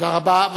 תודה רבה.